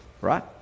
right